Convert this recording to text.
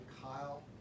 Kyle